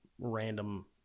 random